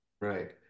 Right